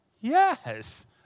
Yes